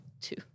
two